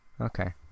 okay